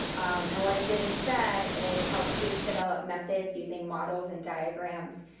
and what it did instead is help students develop methods, using models and diagrams,